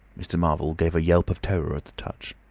mr. marvel gave a yelp of terror at the touch.